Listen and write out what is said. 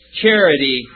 Charity